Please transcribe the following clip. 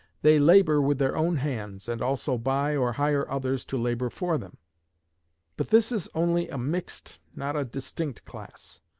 they labor with their own hands, and also buy or hire others to labor for them but this is only a mixed, not a distinct class.